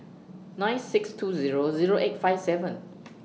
nine six two Zero Zero eight five seven